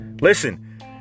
Listen